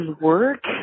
work